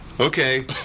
Okay